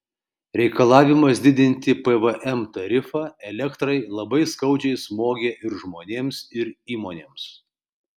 reikalavimas didinti pvm tarifą elektrai labai skaudžiai smogė ir žmonėms ir įmonėms